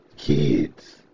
Kids